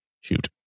Shoot